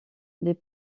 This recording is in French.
les